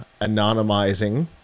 anonymizing